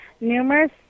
numerous